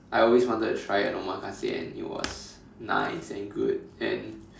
I always wanted to try an omakase and it was nice and good and